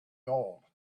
gold